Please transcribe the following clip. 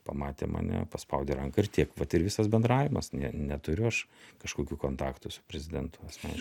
pamatė mane paspaudė ranką ir tiek vat ir visas bendravimas ne neturiu aš kažkokių kontaktų su prezidentu asmeniš